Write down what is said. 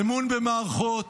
אמון במערכות,